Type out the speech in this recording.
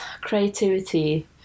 Creativity